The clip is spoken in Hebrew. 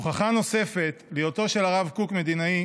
הוכחה נוספת להיותו של הרב קוק מדינאי